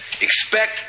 Expect